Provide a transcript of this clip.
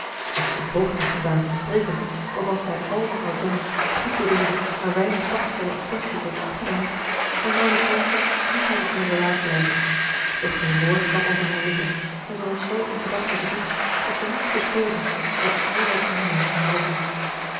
als zij een poging had gedaan te spreken of als zij al mevrouw jennings goedbedoelde maar weinig tactvolle attenties had opgemerkt dan zou die kalmte niet hebben kunnen bewaard blijven doch geen woord kwam over haar lippen en zij was zoo in gedachten verdiept dat zij niets bespeurde van al wat om haar heen voorviel